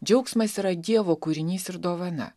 džiaugsmas yra dievo kūrinys ir dovana